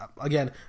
again